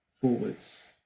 forwards